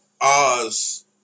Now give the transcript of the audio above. Oz